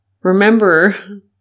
remember